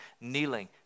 kneeling